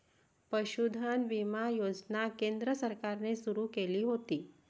पशुधन विमा योजना केंद्र सरकारने सुरू केली होती